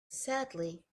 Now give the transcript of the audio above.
sadly